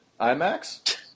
IMAX